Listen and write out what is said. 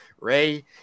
Ray